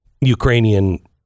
Ukrainian